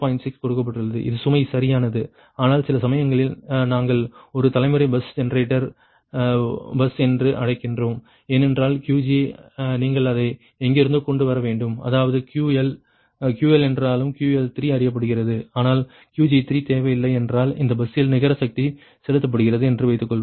6 கொடுக்கப்பட்டுள்ளது இது சுமை சரியானது ஆனால் சில சமயங்களில் நாங்கள் ஒரு தலைமுறை பஸ் ஜெனரேட்டர் பஸ் என்று அழைக்கிறோம் ஏனென்றால் Qg நீங்கள் அதை எங்கிருந்தோ கொண்டு வர வேண்டும் அதாவது QL QL என்றாலும் QL3 அறியப்படுகிறது ஆனால் Qg3 தெரியவில்லை என்றால் இந்த பஸ்ஸில் நிகர சக்தி செலுத்தப்படுகிறது என்று வைத்துக்கொள்வோம்